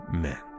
Amen